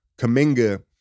Kaminga